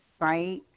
right